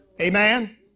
Amen